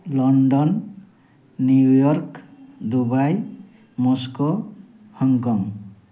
London New York Dubai Moscow Hong Kong